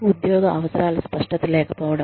ఉద్యోగ అవసరాల స్పష్టత లేకపోవడం